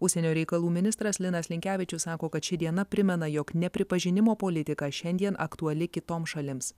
užsienio reikalų ministras linas linkevičius sako kad ši diena primena jog nepripažinimo politika šiandien aktuali kitom šalims